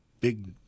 big –